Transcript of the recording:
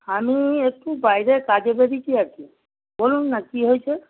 আমি একটু বাইরে কাজে বেরিয়েছি আর কি বলুন না কি হয়েছে